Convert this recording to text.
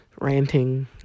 ranting